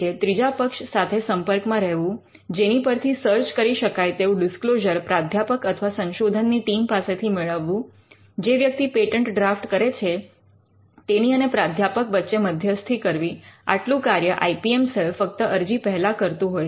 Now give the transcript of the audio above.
ત્રીજા પક્ષ સાથે સંપર્કમાં રહેવું જેની પરથી સર્ચ કરી શકાય તેવું ડિસ્ક્લોઝર પ્રાધ્યાપક અથવા સંશોધનની ટીમ પાસેથી મેળવવું જે વ્યક્તિ પેટન્ટ ડ્રાફ્ટ કરે છે તેની અને પ્રાધ્યાપક વચ્ચે મધ્યસ્થી કરવી આટલું કાર્ય આઇ પી એમ સેલ ફક્ત અરજી પહેલા કરતું હોય છે